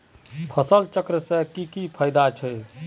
फसल चक्र से की की फायदा छे?